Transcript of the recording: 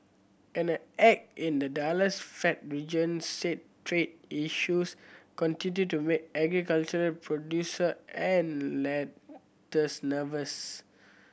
and a egg in the Dallas Fed region said trade issues continue to make agricultural producer and lenders nervous